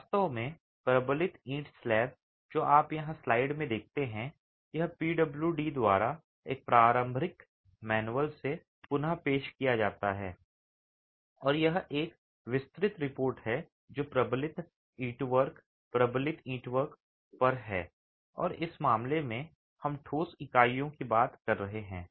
वास्तव में प्रबलित ईंट स्लैब जो आप यहां स्लाइड में देखते हैं यह पीडब्ल्यूडी द्वारा एक प्रारंभिक मैनुअल से पुन पेश किया जाता है और यह एक विस्तृत रिपोर्ट है जो प्रबलित ईंटवर्क प्रबलित ईंटवर्क पर है और इस मामले में हम ठोस इकाइयों की बात कर रहे हैं